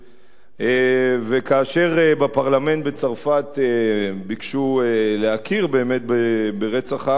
כאשר בפרלמנט בצרפת ביקשו להכיר ברצח העם הארמני,